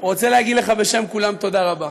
תודה רבה.